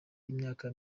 imyaka